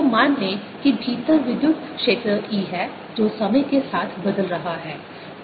तो मान लें कि भीतर विद्युत क्षेत्र E है जो समय के साथ बदल रहा है